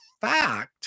fact